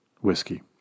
whiskey